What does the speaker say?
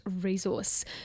resource